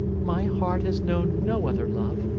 my heart has known no other love,